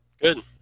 Good